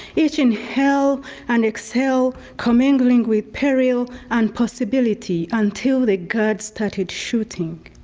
each inhale and exhale comingling with peril and possibility until the guards started shooting.